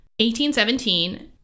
1817